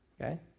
Okay